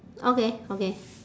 okay okay